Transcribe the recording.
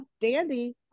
dandy